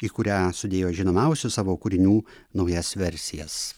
į kurią sudėjo žinomiausių savo kūrinių naujas versijas